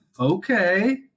Okay